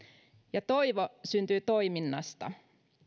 ja toivo syntyy toiminnasta